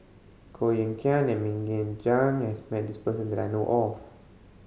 Koh Eng Kian and Mok Ying Jang has met this person that I know of